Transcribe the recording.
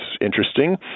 interesting